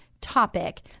topic